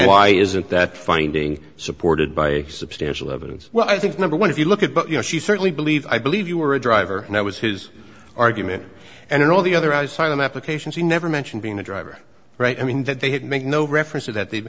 why isn't that finding supported by substantial evidence well i think number one if you look at but you know she certainly believe i believe you were a driver and i was his argument and all the other guys signed an application he never mentioned being a driver right i mean that they had made no reference to that the